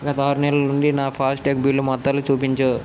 గత ఆరు నెలల నుండి నా ఫాస్టాగ్ బిల్లు మొత్తాలు చూపించు